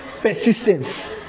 Persistence